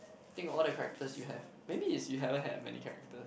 think of all the characters you have maybe is you haven't had many characters